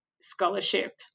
scholarship